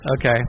Okay